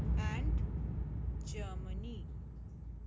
and Germany